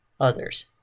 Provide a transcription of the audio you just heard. others